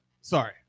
Sorry